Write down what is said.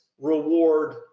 reward